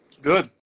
Good